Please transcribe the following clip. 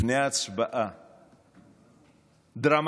לפני ההצבעה הדרמטית.